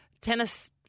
tennis